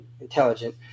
intelligent